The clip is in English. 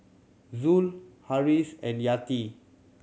Zul Harris and Yati